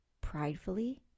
pridefully